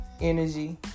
energy